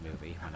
movie